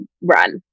run